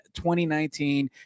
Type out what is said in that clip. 2019